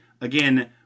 again